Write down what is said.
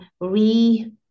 re